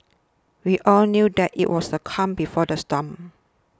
we all knew that it was the calm before the storm